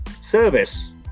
Service